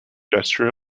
gesture